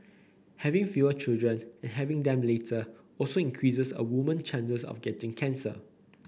having fewer children and having them later also increases a woman chances of getting cancer